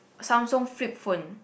Samsung flip phone